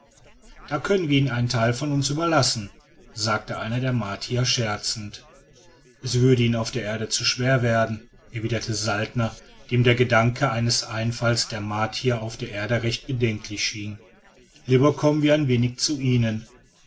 da können wir ihnen einen teil von uns überlassen sagte einer der martier scherzend es würde ihnen auf der erde zu schwer werden erwiderte saltner dem der gedanke eines einfalls der martier auf die erde recht bedenklich erschien lieber kommen wir ein wenig zu ihnen